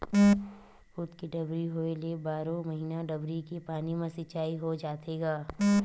खुद के डबरी होए ले बारो महिना डबरी के पानी म सिचई हो जाथे गा